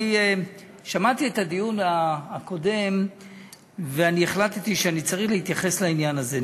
אני שמעתי את הדיון הקודם והחלטתי שאני צריך להתייחס לעניין הזה.